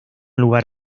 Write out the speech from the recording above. lugar